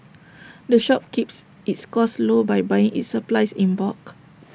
the shop keeps its costs low by buying its supplies in bulk